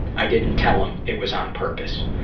i didn't tell him it was on purpose.